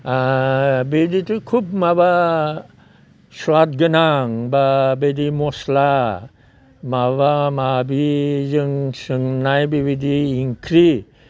बेदिथ' खुब माबा सुवाद गोनां बा बेदि मस्ला माबा माबिजों सोंनाय बेबायदि इंख्रि